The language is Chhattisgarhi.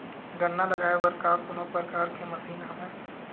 गन्ना लगाये बर का कोनो प्रकार के मशीन हवय?